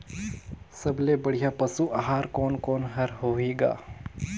सबले बढ़िया पशु आहार कोने कोने हर होही ग?